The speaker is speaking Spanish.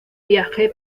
viaje